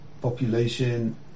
population